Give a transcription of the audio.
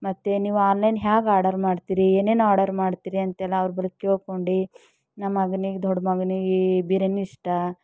ಮತ್ತು ನೀವು ಆನ್ಲೈನ್ ಹೇಗೆ ಆರ್ಡರ್ ಮಾಡ್ತೀರಿ ಏನೇನು ಆರ್ಡರ್ ಮಾಡ್ತೀರಿ ಅಂತೆಲ್ಲ ಅವ್ರ ಬಳಿ ಕೇಳಿಕೊಂಡು ನಮ್ಮ ಮಗನಿಗೆ ದೊಡ್ಡ ಮಗನಿಗೆ ಬಿರಿಯಾನಿ ಇಷ್ಟ